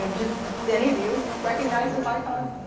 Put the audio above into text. um did any of you recognize this icon?